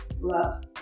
love